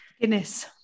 Guinness